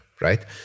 right